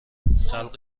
خلق